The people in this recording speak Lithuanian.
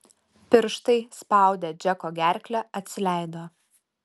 pirštai spaudę džeko gerklę atsileido